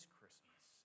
Christmas